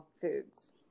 foods